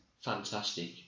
fantastic